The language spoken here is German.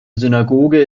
synagoge